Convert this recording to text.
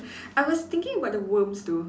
I was thinking about the worms though